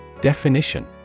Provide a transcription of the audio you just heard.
Definition